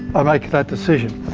i make that decision.